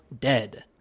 dead